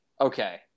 okay